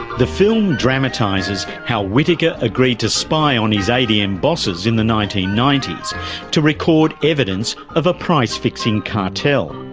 the film dramatises how whitacre agreed to spy on his adm and bosses in the nineteen ninety s to record evidence of a price fixing cartel.